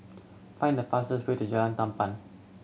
find the fastest way to Jalan Tamban